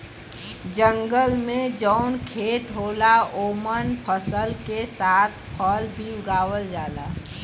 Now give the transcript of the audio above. जंगल में जौन खेत होला ओमन फसल के साथ फल भी उगावल जाला